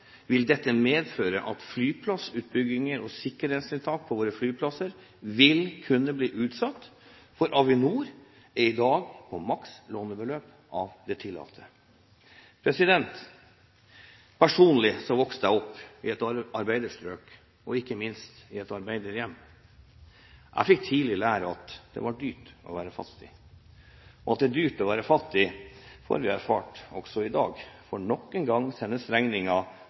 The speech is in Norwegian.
vil dette medføre at flyplassutbygginger og sikkerhetstiltak ved våre flyplasser vil kunne bli utsatt, for Avinor er i dag på maks lånebeløp av det tillatte. Personlig vokste jeg opp i et arbeiderstrøk og ikke minst i et arbeiderhjem. Jeg fikk tidlig lære at det var dyrt å være fattig. At det er dyrt å være fattig, får vi erfart også i dag, for nok en gang sendes